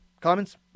Comments